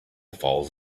falls